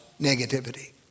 negativity